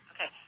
Okay